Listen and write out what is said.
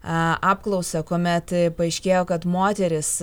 apklausa kuomet paaiškėjo kad moterys